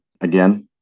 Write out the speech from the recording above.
again